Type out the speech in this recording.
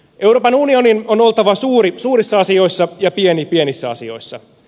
euroopan unionin on oltava suuri suurissa asioissa ja pieni pienissä asioissa